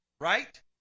Right